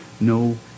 no